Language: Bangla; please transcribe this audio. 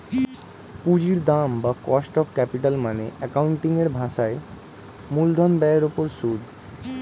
পুঁজির দাম বা কস্ট অফ ক্যাপিটাল মানে অ্যাকাউন্টিং এর ভাষায় মূলধন ব্যয়ের উপর সুদ